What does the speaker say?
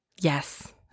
Yes